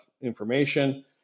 information